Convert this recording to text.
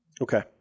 Okay